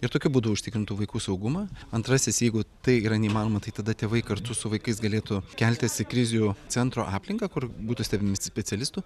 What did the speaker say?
ir tokiu būdu užtikrintų vaikų saugumą antrasis jeigu tai yra neįmanoma tai tada tėvai kartu su vaikais galėtų keltis į krizių centro aplinką kur būtų stebimi specialistų